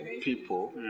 people